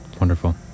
Wonderful